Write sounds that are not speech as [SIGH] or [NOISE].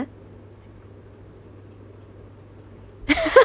[LAUGHS]